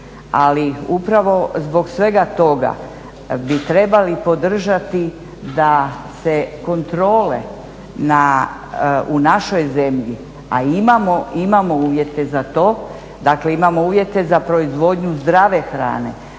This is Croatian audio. Ali upravo zbog svega toga bi trebali podržati da se kontrole u našoj zemlji, a imamo uvjete za to, dakle imamo uvjete za proizvodnju zdrave hrane,